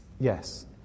Yes